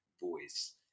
voice